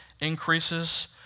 increases